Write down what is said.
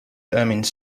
ermine